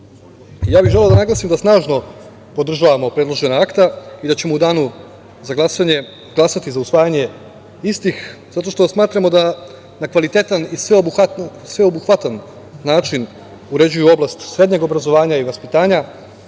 bih želeo da naglasim da snažno podržavamo predložena akta i da ćemo u danu za glasanje glasati za usvajanje istih, zato što smatramo da na kvalitetan i sveobuhvatan način uređuju oblast srednjeg obrazovanja i vaspitanja,